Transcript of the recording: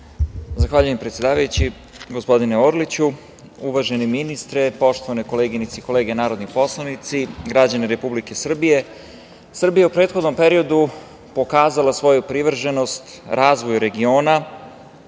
Zahvaljujem, predsedavajući. Gospodine Orliću, uvaženi ministre, poštovane koleginice i kolege poslanici, građani Republike Srbije, Srbija je u prethodnom periodu pokazala svoju privrženost razvoju regiona,